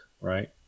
right